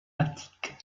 attique